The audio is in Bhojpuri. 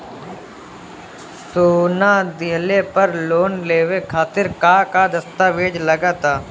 सोना दिहले पर लोन लेवे खातिर का का दस्तावेज लागा ता?